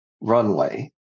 runway